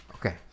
Okay